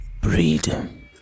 breed